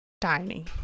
tiny